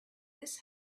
this